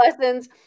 lessons